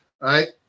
right